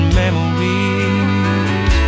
memories